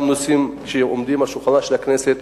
גם נושאים שעומדים על שולחנה של הכנסת,